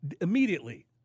immediately